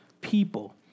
people